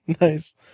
Nice